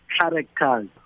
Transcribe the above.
characters